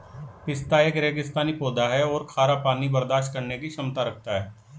पिस्ता एक रेगिस्तानी पौधा है और खारा पानी बर्दाश्त करने की क्षमता रखता है